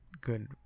good